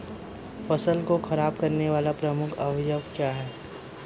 फसल को खराब करने वाले प्रमुख अवयव क्या है?